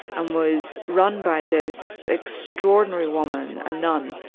and was run by this extraordinary woman, a nun,